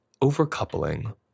overcoupling